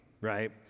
right